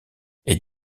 est